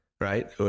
Right